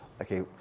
Okay